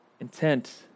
intent